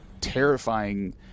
terrifying